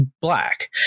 black